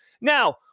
now